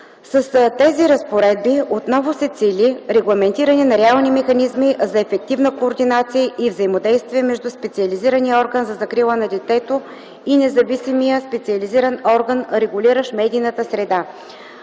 С тези разпоредби отново се цели регламентиране на реални механизми за ефективна координация и взаимодействие между специализирания орган за закрила на детето и независимия специализиран орган, регулиращ медийната среда.